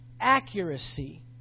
accuracy